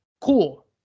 cool